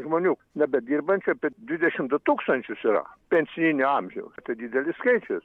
žmonių nebedirbančių apie dvidešimt du tūkstančius yra pensijinio amžiaus tai didelis skaičius